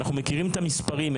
אנחנו מכירים את המספרים.